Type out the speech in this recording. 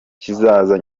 kizaza